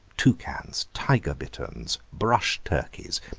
toucans, tiger-bitterns, brush turkeys,